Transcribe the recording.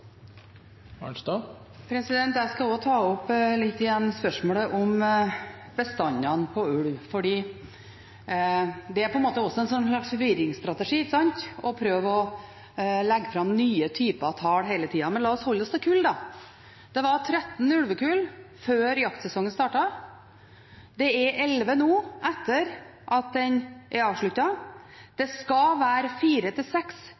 Jeg skal også ta opp igjen spørsmålet om bestandene når det gjelder ulv, for det er også en slags forvirringsstrategi, å prøve å legge fram nye typer tall hele tida. Men la oss holde oss til kull: Det var 13 ulvekull før jaktsesongen startet. Det er 11 nå, etter at den er